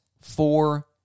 four